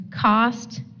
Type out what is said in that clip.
cost